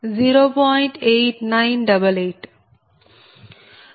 8988